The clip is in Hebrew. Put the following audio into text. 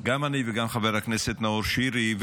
גם אני וגם חבר הכנסת נאור שירי.